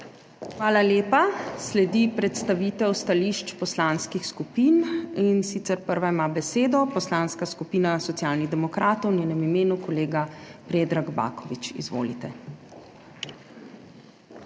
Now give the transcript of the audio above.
Hvala lepa. Sledi predstavitev stališč poslanskih skupin, in sicer ima prva besedo Poslanska skupina Socialnih demokratov, v njenem imenu kolega Predrag Baković. Izvolite.